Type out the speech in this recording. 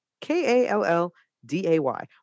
K-A-L-L-D-A-Y